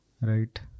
right